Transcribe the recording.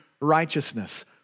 righteousness